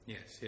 Yes